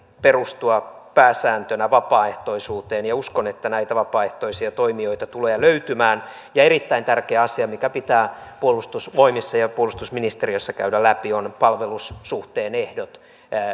perustua pääsääntöisesti vapaaehtoisuuteen ja uskon että näitä vapaaehtoisia toimijoita tulee löytymään ja erittäin tärkeä asia mikä pitää puolustusvoimissa ja puolustusministeriössä käydä läpi on palvelussuhteen ehdot